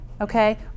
Okay